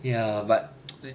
ya but